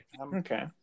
okay